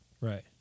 Right